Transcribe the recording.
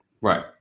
right